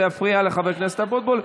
וזה יפריע לחבר הכנסת אבוטבול.